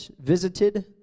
visited